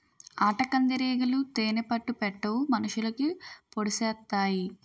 ఆటకందిరీగలు తేనే పట్టు పెట్టవు మనుషులకి పొడిసెత్తాయి